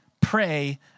Pray